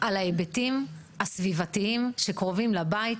על ההיבטים הסביבתיים שקרובים לבית,